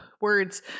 Words